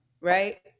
right